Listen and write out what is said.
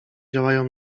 działają